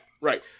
right